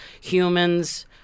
Humans